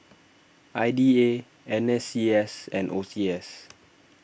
I D A N S C S and O C S